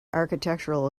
architectural